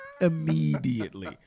Immediately